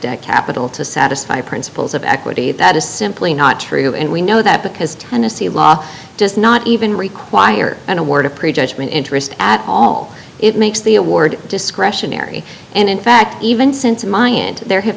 of capital to satisfy principles of equity that is simply not true and we know that because tennessee law does not even require an award of pre judgment interest at all it makes the award discretionary and in fact even since there have